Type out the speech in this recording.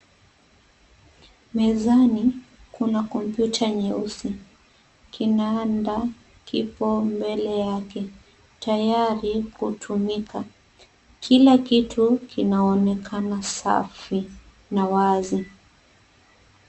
Mezani kuna kompyuta nyeusi, kinanda kipo mbele yake tayari kutumika. Kila kitu kinaonekana safi na wazi.